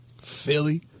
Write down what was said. Philly